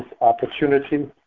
opportunity